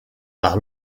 par